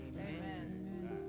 Amen